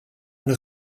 une